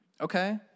Okay